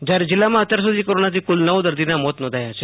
જ્યારે જિલ્લામાં અત્યાર સુધી કોરોનાથી કુલ નવ દર્દીના મોત નોંધાયાં છે